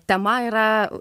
tema yra